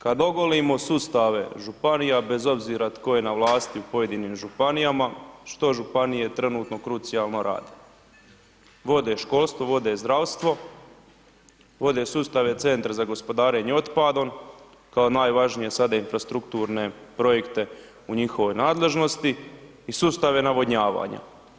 Kad ogolimo sustave županija bez obzira tko je na vlasti u pojedinim županijama, što županije trenutno krucijalno rade, vode školstvo, vode zdravstvo, vode sustave Centra za gospodarenjem otpadom kao najvažnije sada infrastrukturne projekte u njihovoj nadležnosti i sustave navodnjavanja.